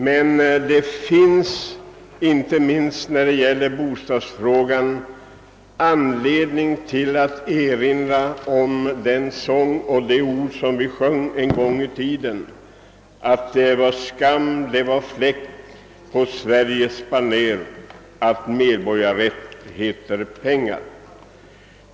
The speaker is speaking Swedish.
Men det finns, inte minst när det gäller bostadsfrågan, anledning att erinra om den sång och de ord som vi sjöng en gång i tiden: »Det är skam, det är fläck på Sveriges baner, att medborgarrätt heter pengar».